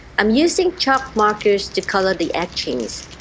i'm using chalk markers to color the etchings